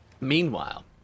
Meanwhile